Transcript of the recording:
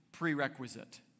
Prerequisite